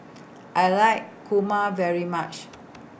I like Kurma very much